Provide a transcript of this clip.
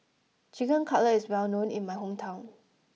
Chicken Cutlet is well known in my hometown